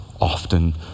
often